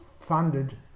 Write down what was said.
funded